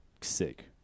sick